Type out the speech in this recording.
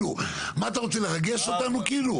מה אתה רוצה לרגש אותנו כאילו?